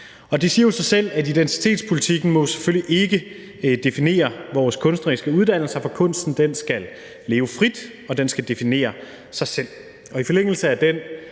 Det siger jo sig selv, at identitetspolitikken selvfølgelig ikke må definere vores kunstneriske uddannelser, for kunsten skal leve frit, og den skal definere sig selv. I forlængelse af den